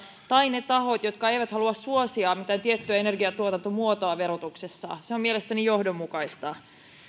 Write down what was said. tai ne tahot jotka eivät halua suosia mitään tiettyä energiantuotantomuotoa verotuksessa kannattavat tätä kiinteistöveron korotusta se on mielestäni johdonmukaista